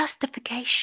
justification